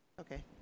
okay